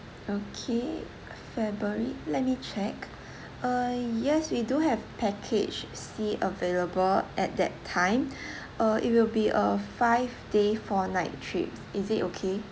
okay february let me check uh yes we do have package C available at that time uh it will be a five day four night trip is it okay